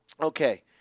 Okay